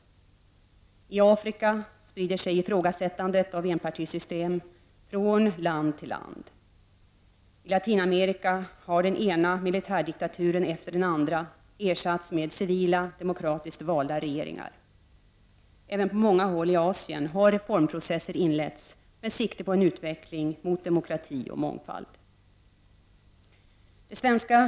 I Afrika sprider sig i frågasättandet av enpartisystem från land till land. I Latinamerika har den ena militärdiktaturen efter den andra ersatts med civila, demokratiskt valda regeringar. Även på många håll i Asien har reformprocesser inletts, med sikte på en utveckling mot demokrati och mångfald.